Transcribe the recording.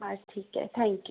हां ठीक आहे थॅंक्यू